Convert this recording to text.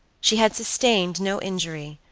she had sustained no injury,